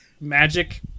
magic